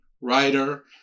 writer